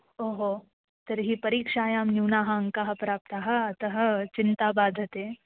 ओ हो तर्हि परीक्षायां न्यूनाः अङ्काः प्राप्ताः अतः चिन्ता बाधते